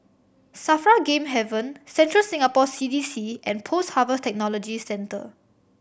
SAFRA Game Haven Central Singapore C D C and Post Harvest Technology Centre